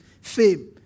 fame